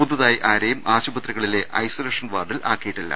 പുതുതായി ആരേയും ആശുപത്രികളിലെ ഐസൊലേഷൻ വാർഡിൽ ആക്കിയിട്ടില്ല